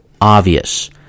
obvious